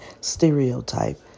stereotype